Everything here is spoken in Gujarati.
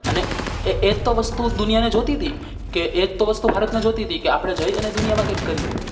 અને એ એ તો વસ્તુ દુનિયાને જોતીતી કે એક તો વસ્તુ ભારતને જોઈતી હતી કે આપણે જઈ અને દુનિયામાં કઈ કરીયે